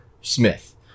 Smith